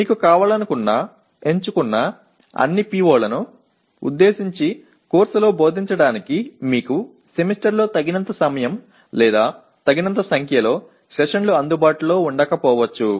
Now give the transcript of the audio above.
మీకు కావాలనుకున్నా ఎంచుకున్న అన్ని POలను ఉద్దేశించి కోర్సులో బోధించడానికి మీకు సెమిస్టర్లో తగినంత సమయం లేదా తగినంత సంఖ్యలో సెషన్లు అందుబాటులో ఉండకపోవచ్చు